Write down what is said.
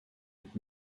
mit